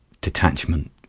detachment